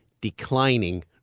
declining